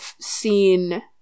seen